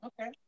okay